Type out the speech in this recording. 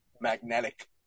Magnetic